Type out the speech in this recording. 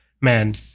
man